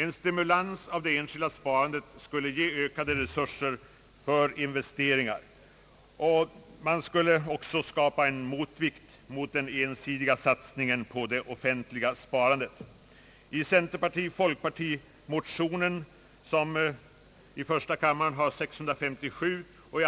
En stimulans av det enskilda sparandet skulle ge ökade resurser för investeringar, och man skulle även skapa en motvikt mot den ensidiga satsningen på det offentliga sparandet. I centerparti-folkpartimotionerna, I:657 och II: